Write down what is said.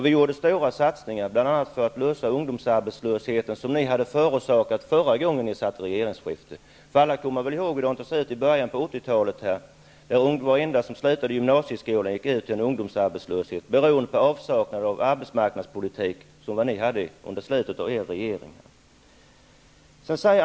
Vi gjorde stora satsningar bl.a. för att komma till rätta med den ungdomsarbetslöshet som ni hade förorsakat förra gången ni satt i regeringsställning. Alla kommer väl ihåg hur det såg ut i början av 80-talet, då varenda en som avslutade en gymnasieutbildning gick ut till en ungdomsarbetslöshet beroende på avsaknaden av arbetsmarknadspolitik under slutet av er regeringstid.